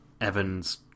Evan's